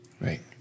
Right